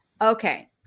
Okay